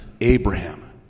Abraham